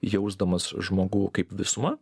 jausdamas žmogų kaip visumą